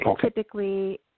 typically